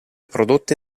prodotte